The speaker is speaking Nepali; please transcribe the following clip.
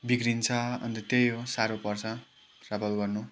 बिग्रिन्छ अन्त त्यही हो साह्रो पर्छ ट्राभल गर्नु